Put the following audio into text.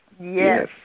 Yes